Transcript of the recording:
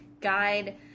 guide